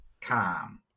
calm